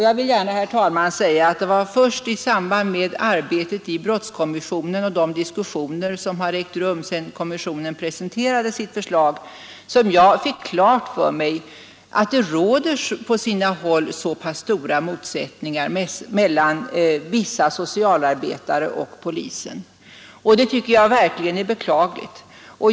Jag vill gärna, herr talman, säga att det var först i samband med arbetet i brottskommissionen och de diskussioner som har ägt rum sedan kommissionen presenterade sitt förslag som jag fick klart för mig att det på sina håll råder så pass stora motsättningar mellan vissa socialarbetare och polisen, något som verkligen är beklagligt.